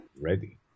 Ready